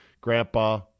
Grandpa